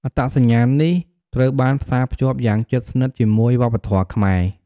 អត្តសញ្ញាណនេះត្រូវបានផ្សារភ្ជាប់យ៉ាងជិតស្និទ្ធជាមួយវប្បធម៌ខ្មែរ។